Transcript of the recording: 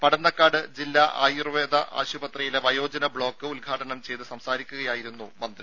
പടന്നക്കാട് ജില്ലാ ആയുർവേദ ആശുപത്രിയിലെ വയോജന ബ്ലോക്ക് ഉദ്ഘാടനം ചെയ്ത് സംസാരിക്കുകയായിരുന്നു മന്ത്രി